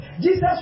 Jesus